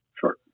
Sure